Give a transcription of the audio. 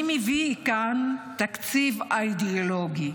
אני מביא כאן תקציב אידאולוגי.